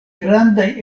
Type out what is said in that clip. grandaj